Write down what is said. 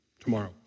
Tomorrow